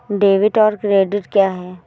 Debit और credit क्या है?